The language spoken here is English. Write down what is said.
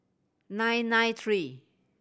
nine nine three